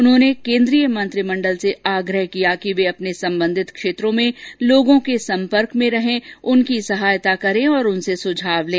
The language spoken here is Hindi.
उन्होंने केन्द्रीय मंत्रिमंडल से आग्रह किया कि वे अपने सम्बन्धित क्षेत्रों में लोगों के सम्पर्क में रहें उनकी सहायता करें और उनसे सुझाव लें